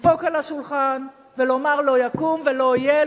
לדפוק על השולחן ולומר: לא יקום ולא יהיה,